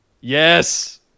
Yes